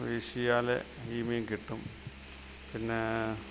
വീശിയാൽ ഈ മീൻ കിട്ടും പിന്നേ